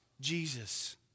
Jesus